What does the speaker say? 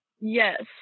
Yes